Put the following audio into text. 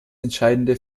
entscheidende